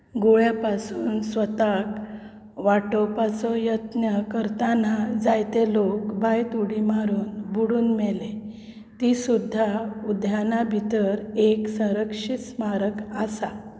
गुळयां पासून स्वताक वाटावपाचो यत्न करतना जायते लोक बांयत उडी मारून बुडून मेले तीं सुध्दां उद्याना भितर एक संरक्षीत स्मारक आसा